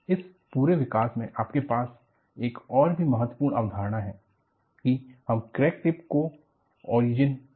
इस पूरे विकास में आपके पास एक और भी महत्वपूर्ण अवधारणा है कि हम क्रैक टिप को ओरिजिन के रूप में लेंगे